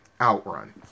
Outrun